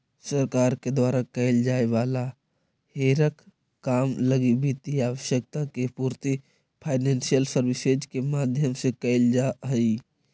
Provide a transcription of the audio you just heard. सरकार के द्वारा कैल जाए वाला हरेक काम लगी वित्तीय आवश्यकता के पूर्ति फाइनेंशियल सर्विसेज के माध्यम से कैल जा हई